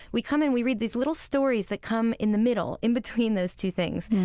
we come and we read these little stories that come in the middle, in between those two things,